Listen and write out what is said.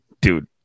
Dude